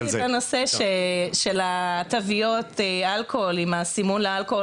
הזכרתי את נושא תוויות האלכוהול עם הסימון לאלכוהול